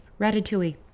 Ratatouille